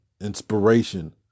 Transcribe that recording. inspiration